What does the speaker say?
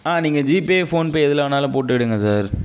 ஆ நீங்கள் GPay PhonePe எதில் வேணாலும் போட்டு விடுங்க சார்